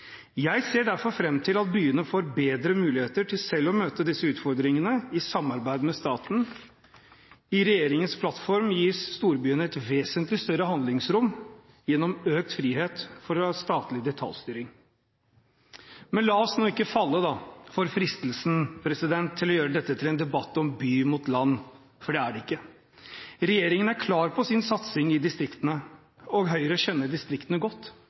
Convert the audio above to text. Jeg ser derfor fram til at byene får bedre muligheter til selv å møte disse utfordringene i samarbeid med staten. I regjeringens plattform gis storbyene et vesentlig større handlingsrom gjennom økt frihet fra statlig detaljstyring. Men la oss nå ikke falle for fristelsen til å gjøre dette til en debatt om by mot land, for det er det ikke. Regjeringen er klar på sin satsing i distriktene, og Høyre kjenner distriktene godt.